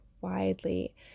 widely